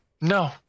No